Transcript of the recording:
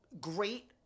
great